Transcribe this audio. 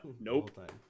nope